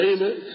Amen